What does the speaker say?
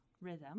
rhythm